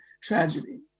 tragedy